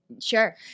Sure